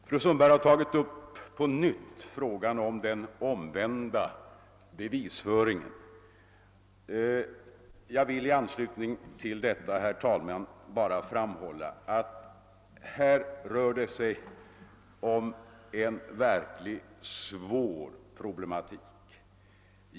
Fru Sundberg har på nytt tagit upp frågan om »den omvända bevisföringen». Jag vill i anslutning härtill framhålla att det här är fråga om en verkligt svår problematik.